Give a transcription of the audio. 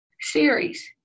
series